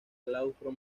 claustro